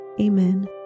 Amen